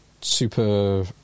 Super